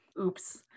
Oops